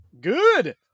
good